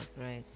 right